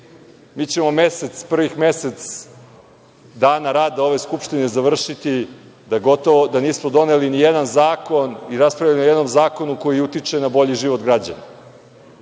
Mi ćemo prvih mesec dana rada ove Skupštine završiti da nismo doneli ni jedan zakon i raspravljali ni o jednom zakonu koji utiče na bolji život građana.